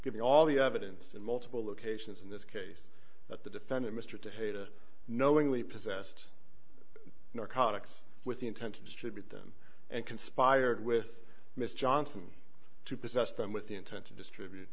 given all the evidence in multiple locations in this case that the defendant mr de heda knowingly possessed narcotics with the intent to distribute them and conspired with mr johnson to possess them with the intent to distribute